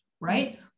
right